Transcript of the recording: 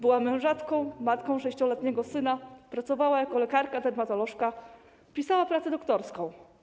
Była mężatką, matką 6-letniego syna, pracowała jako lekarka, dermatolożka, pisała pracę doktorską.